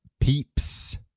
peeps